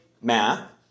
math